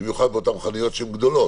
במיוחד בחנויות שהן גדולות.